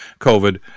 covid